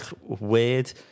weird